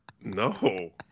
No